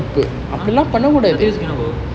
!huh! saturdays you cannot go